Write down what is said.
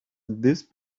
this